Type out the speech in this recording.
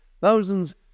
Thousands